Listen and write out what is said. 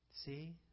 See